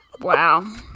Wow